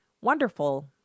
wonderful